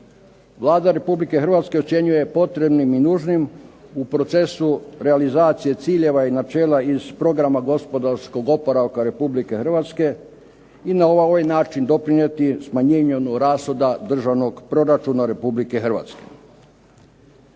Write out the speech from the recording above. Vlada Republike Hrvatske ocjenjuje potrebnim i nužnim u procesu realizacije ciljeva i načela iz programa gospodarskog oporavka Republike Hrvatske i na ovaj način doprinijeti smanjenju rashoda državnog proračuna Republike Hrvatske.